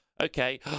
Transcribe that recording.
Okay